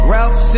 Ralph